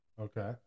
Okay